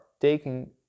taking